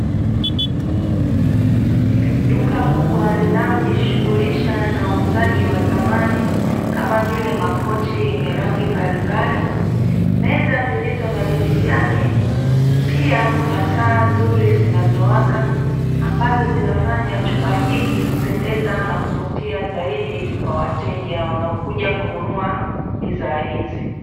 Duka kubwa linalojihusisha na uuzaji wa samani kama vile makochi yenye rangi mbali mbali, meza zilizo na vitu vyake. Pia kuna taa nzuri zinazowaka ambazo zinafanya chumba hiki kupendeza na kuvutia zaidi kwa wateja wanaokuja kununua bidhaa hizi.